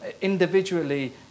individually